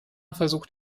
versucht